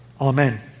Amen